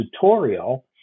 tutorial